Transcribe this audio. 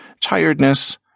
tiredness